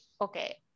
okay